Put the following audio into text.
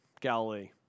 Galilee